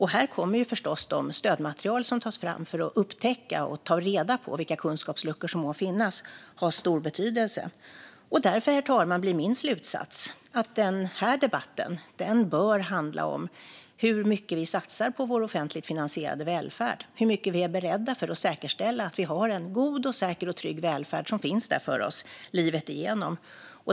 Här kommer förstås det stödmaterial som tas fram för att upptäcka och ta reda på vilka kunskapsluckor som må finnas att ha stor betydelse. Därför, herr talman, blir min slutsats att den här debatten bör handla om hur mycket vi satsar på vår offentligt finansierade välfärd. Hur mycket är vi beredda att satsa för att säkerställa att vi har en god, säker och trygg välfärd som finns där för oss livet igenom?